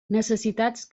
necessitats